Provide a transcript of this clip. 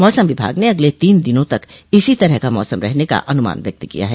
मौसम विभाग ने अगले तीन दिनों तक इसी तरह का मौसम रहने का अनुमान व्यक्त किया है